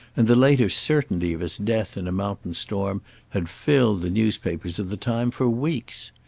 and the later certainty of his death in a mountain storm had filled the newspapers of the time for weeks.